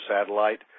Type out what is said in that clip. satellite